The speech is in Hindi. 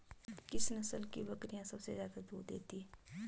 किस नस्ल की बकरीयां सबसे ज्यादा दूध देती हैं?